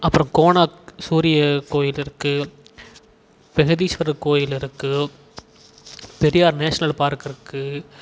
அப்புறம் கோனாக் சூரிய கோயில் இருக்குது பிரகதீஸ்வரர் கோயில் இருக்குது பெரியார் நேஷ்னல் பார்க் இருக்குது